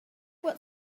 what